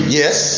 yes